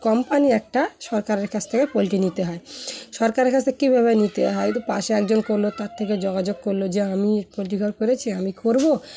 company একটা সরকারের কাছ থেকে পোলট্রি নিতে হয় সরকারের কাছ থেকে কীভাবে নিতে হয় তো পাশে একজন করলো তার থেকে যোগাযোগ করলো যে আমি পোলট্রি ঘর করেছি আমি করবো